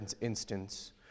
instance